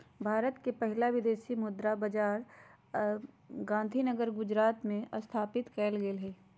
भारत के पहिला विदेशी मुद्रा बाजार गांधीनगर गुजरात में स्थापित कएल गेल हइ